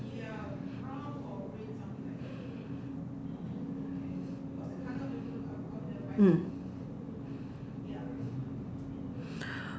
mm